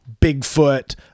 Bigfoot